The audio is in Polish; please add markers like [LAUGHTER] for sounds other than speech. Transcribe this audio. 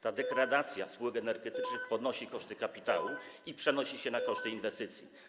Ta degradacja [NOISE] spółek energetycznych podnosi koszty kapitału i przenosi się na koszty inwestycji.